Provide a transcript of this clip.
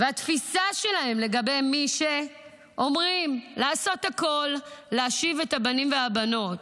והתפיסה שלהם לגבי מי שאומרים לעשות הכול להשיב את הבנים והבנות